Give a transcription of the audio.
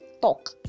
talk